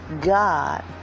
God